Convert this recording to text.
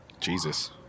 Jesus